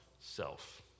Self